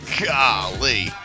Golly